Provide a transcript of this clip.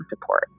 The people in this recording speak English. support